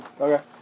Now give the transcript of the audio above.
Okay